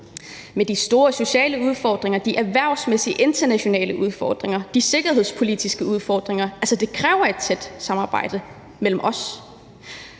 Med de store sociale udfordringer, de erhvervsmæssige internationale udfordringer og de sikkerhedspolitiske udfordringer, der er, kræver det et tæt samarbejde mellem os.